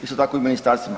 Isto tako i ministarstvima.